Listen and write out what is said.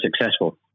successful